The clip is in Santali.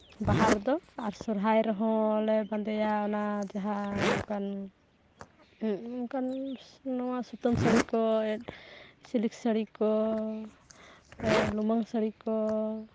ᱵᱟᱦᱟ ᱨᱮᱫᱚ ᱟᱨ ᱥᱚᱦᱨᱟᱭ ᱨᱮᱦᱚᱸᱞᱮ ᱵᱟᱸᱫᱮᱭᱟ ᱚᱱᱟ ᱡᱟᱦᱟᱸ ᱱᱚᱝᱠᱟᱱ ᱱᱚᱝᱠᱟᱱ ᱱᱚᱣᱟ ᱥᱩᱛᱟᱹᱢ ᱥᱟᱹᱲᱤ ᱠᱚ ᱥᱤᱞᱤᱠ ᱥᱟᱹᱲᱤ ᱠ ᱚ ᱞᱩᱢᱟᱹᱝ ᱥᱟᱹᱲᱤ ᱠᱚ